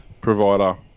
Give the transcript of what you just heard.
provider